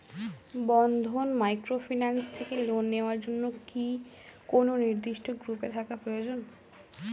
বন্ধন microfinance থেকে loan নেওয়ার জন্য কি কোন নির্দিষ্ট গ্রুপে থাকা প্রয়োজন?